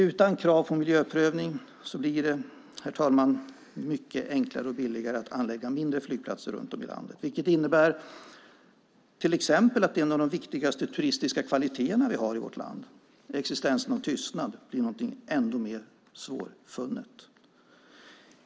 Utan krav på miljöprövning blir det, herr talman, mycket enklare och billigare att anlägga mindre flygplatser runt om i landet. Det innebär till exempel att en av de viktigaste turistiska kvaliteterna vi har i vårt land, existensen av tystnad, blir något ännu mer svårfunnet.